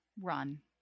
run